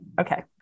Okay